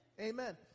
Amen